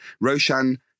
Roshan